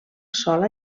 sola